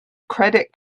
credit